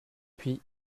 puis